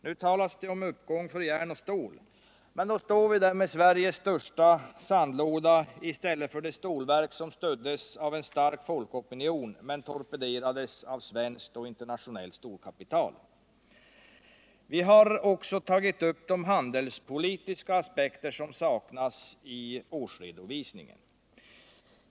Nu talas det om uppgång för järn och stål, 188 men då står vi där med Sveriges största sandlåda i stället för det stålverk som stöddes av en stark folkopinion men torpederades av svenskt och interna Nr 48 tionellt storkapital. Vi har också tagit upp de handelspolitiska aspekter som saknas i årsredovisningen.